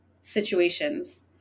situations